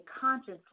consciously